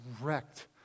wrecked